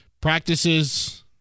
practices